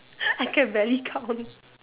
I can barely count